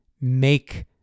make